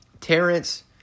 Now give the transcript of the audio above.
Terrence